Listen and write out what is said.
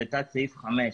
ו-5(5).